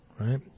right